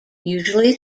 usually